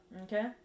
okay